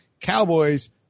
Cowboys